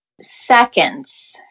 seconds